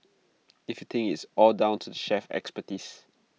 if you think it's all down to the chef's expertise